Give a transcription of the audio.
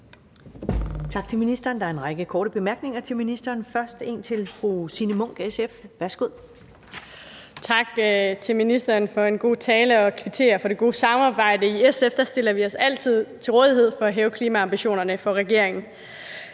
Tak til ministeren. Der er en række korte bemærkninger til ministeren. Først er der en fra fru Signe Munk, SF. Værsgo. Kl. 13:04 Signe Munk (SF): Tak til ministeren for en god tale, og jeg kvitterer for det gode samarbejde. I SF stiller vi os altid til rådighed for at hæve klimaambitionerne for regeringen,